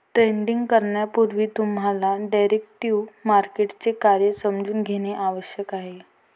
trading करण्यापूर्वी तुम्हाला derivative मार्केटचे कार्य समजून घेणे आवश्यक आहे